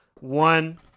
One